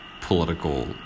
political